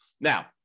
Now